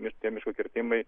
ir tie miško kirtimai